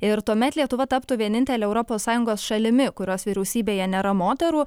ir tuomet lietuva taptų vienintele europos sąjungos šalimi kurios vyriausybėje nėra moterų